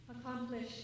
Accomplish